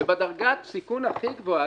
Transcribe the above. ובדרגת הסיכון הכי גבוהה,